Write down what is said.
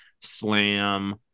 slam